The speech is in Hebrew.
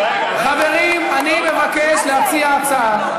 חברים, אני מבקש להציע הצעה.